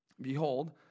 Behold